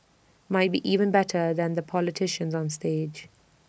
might be even better than the politicians on stage